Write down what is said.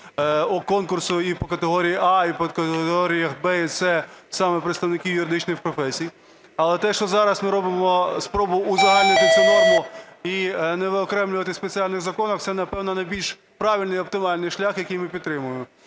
до конкурсу і по категорії "А", і по категоріях "Б" і "С" саме представникам юридичних професій. Але те, що зараз ми робимо спробу узагальнити цю норму і не виокремлювати в спеціальних законах, це, напевно, найбільш правильний і оптимальний шлях, який ми підтримуємо.